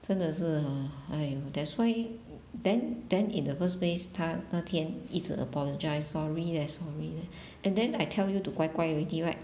真的是 hor !aiyo! that's why then then in the first place 她那天一直 apologize sorry leh sorry leh and then I tell you to 乖乖 already right